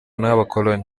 n’abakoloni